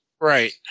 Right